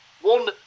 one